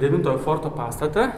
devintojo forto pastatą